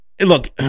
Look